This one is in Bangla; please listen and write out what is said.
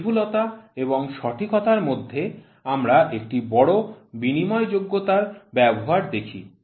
সূক্ষ্মতা এবং সঠিকতার মধ্যে আমরা একটি বড় বিনিময়যোগ্যতার ব্যবহার দেখি